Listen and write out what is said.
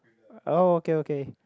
oh okay okay